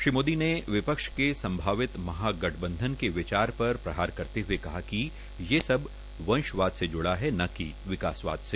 श्री मोदी ने विपक्ष के संभावित महागठबंधन के विचार पर प्रहार करते हुए कहा कि ये सब वंशवाद से ज्डा़ है न कि विकासवाद से